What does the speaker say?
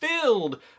filled